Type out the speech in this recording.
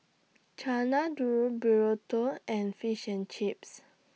Chana Dal Burrito and Fish and Chips